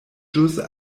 ĵus